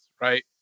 Right